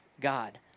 God